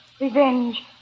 revenge